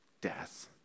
death